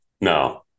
No